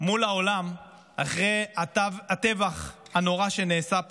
מול העולם אחרי הטבח הנורא שנעשה פה?